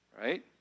right